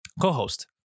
co-host